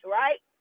right